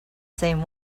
same